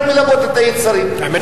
רק מלבות את היצרים,